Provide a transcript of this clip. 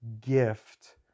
gift